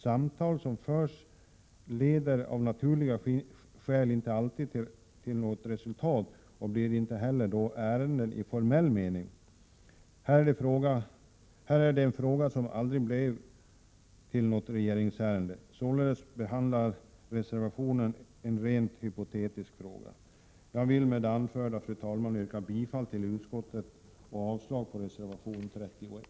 Samtal som förs leder av naturliga skäl inte alltid till resultat och blir då inte heller ärenden i formell mening. Här handlar det om en fråga som aldrig blev något regeringsärende. Således behandlar reservationen en rent hypotetisk fråga. Jag vill, fru talman, med det anförda yrka bifall till utskottets skrivning och avslag på reservation 31.